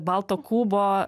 balto kubo